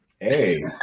Hey